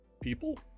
people